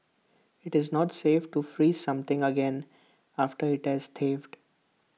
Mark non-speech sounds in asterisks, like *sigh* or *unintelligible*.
IT is not safe to freeze something again after IT has *unintelligible*